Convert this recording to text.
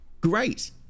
great